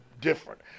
different